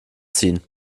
ziehen